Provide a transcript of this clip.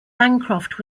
bancroft